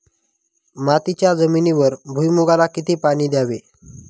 मातीच्या जमिनीवर भुईमूगाला किती पाणी द्यावे?